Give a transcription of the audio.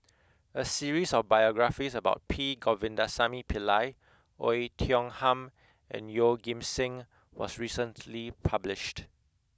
a series of biographies about P Govindasamy Pillai Oei Tiong Ham and Yeoh Ghim Seng was recently published